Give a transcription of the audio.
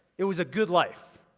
it was a good life.